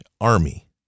army